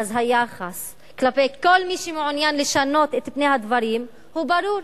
אז היחס כלפי כל מי שמעוניין לשנות את פני הדברים הוא ברור,